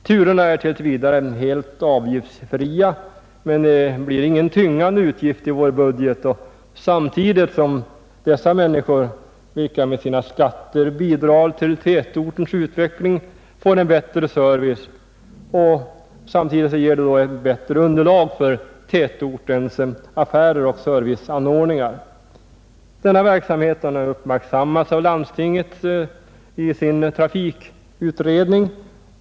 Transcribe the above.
Turerna är tills vidare helt avgiftsfria, men det blir ingen tyngande utgift i vår budget, och samtidigt som dessa människor, vilka med sina skatter bidrar till tätortens utveckling, får en bättre service, ger turerna ett bättre underlag för tätortens affärer och serviceanordningar. Denna verksamhet har uppmärksammats av landstinget i dess trafikutredning.